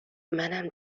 منم